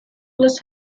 los